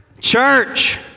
Church